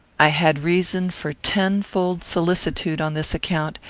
i had reason for tenfold solicitude on this account,